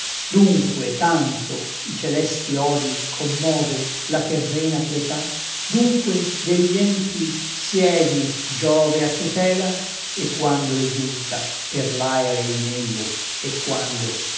dunque tanto i celesti odii commove la terrena pietà dunque degli empi siedi giove a tutela e quando esulta per l'aere il nembo e quando